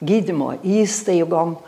gydymo įstaigom